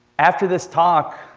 after this talk,